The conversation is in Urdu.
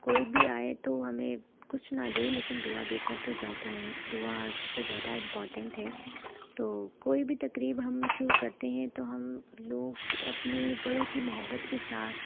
کوئی بھی آئے تو ہمیں کچھ نہ دے لیکن دعا دے کر تو جاتا ہے دعا سب سے زیادہ امپورٹنٹ ہے تو کوئی بھی تقریب ہم شروع کرتے ہیں تو ہم لوگ اپنے بڑوں کی محبت کے ساتھ